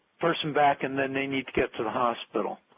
person back, and then they need to get to the hospital?